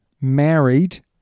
married